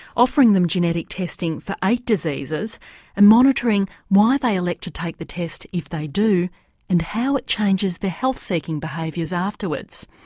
offering them genetic testing for eight diseases and monitoring why they elect to take the test if they do and how it changes their health seeking behaviours afterwards.